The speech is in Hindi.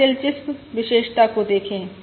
अब दिलचस्प विशेषता को देखें